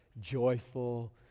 joyful